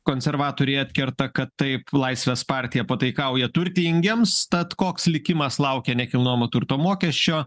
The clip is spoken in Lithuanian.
konservatoriai atkerta kad taip laisvės partija pataikauja turtingiems tad koks likimas laukia nekilnojamo turto mokesčio